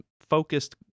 focused